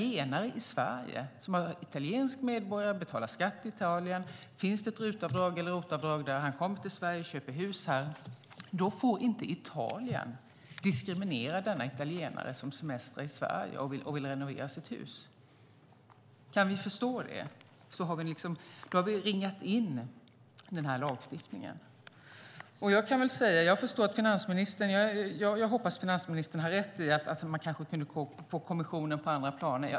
En italiensk medborgare som betalar skatt i Italien och köper ett hus i Sverige får inte diskrimineras av Italien om det finns ett RUT eller ROT-avdrag där och denna italienare semestrar i Sverige och vill renovera sitt hus här. Kan vi förstå det har vi ringat in den här lagstiftningen. Jag hoppas att finansministern har rätt i att man kanske kan få kommissionen på andra planer.